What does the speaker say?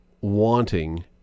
wanting